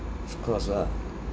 of course lah